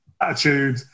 attitude